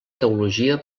teologia